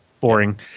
boring